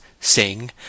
sing